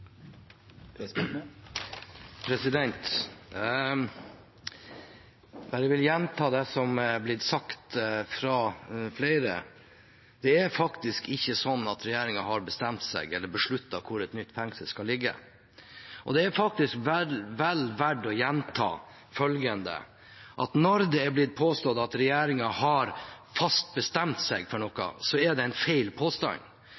ikke sånn at regjeringen har bestemt seg eller besluttet hvor et nytt fengsel skal ligge. Det er vel verdt å gjenta følgende: Når det er blitt påstått at regjeringen har fast bestemt seg for noe, er det en feil påstand,